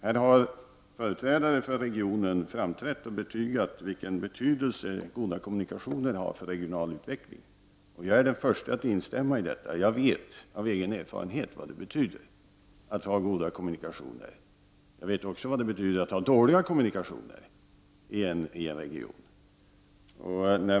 Här har företrädare för regionen framträtt och betygat vilken betydelse goda kommunikationer har för den regionala utvecklingen. Jag är den förste att instämma i detta. Jag vet av egen erfarenhet vad det betyder att ha goda kommunikationer. Men jag vet också vad det betyder att ha dåliga kommunikationer i en region.